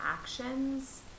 actions